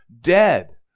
dead